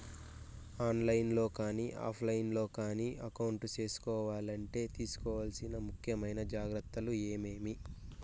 On line లో కానీ offline లో కానీ అకౌంట్ సేసుకోవాలంటే తీసుకోవాల్సిన ముఖ్యమైన జాగ్రత్తలు ఏమేమి?